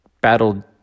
Battled